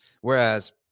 Whereas